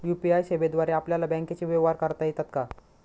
UPI सेवेद्वारे आपल्याला बँकचे व्यवहार करता येतात का?